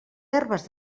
herbes